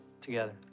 together